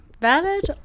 valid